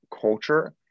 culture